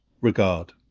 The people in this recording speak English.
regard